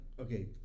okay